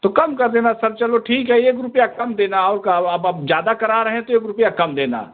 तो कम कर देना सर चलो ठीक है एक रुपये कम देना और क्या और अब अब ज़्यादा करा रहे हैं तो एक रुपये कम देना